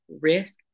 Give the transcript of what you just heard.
risk